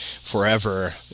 forever